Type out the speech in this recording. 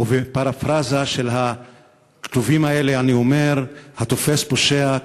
ובפרפראזה על הכתובים האלה אני אומר: התופס פושע,